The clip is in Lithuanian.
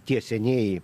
tie senieji